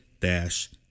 dash